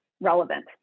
relevant